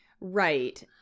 Right